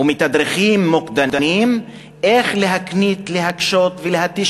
ומתדרכים מוקדנים איך להקשות ולהתיש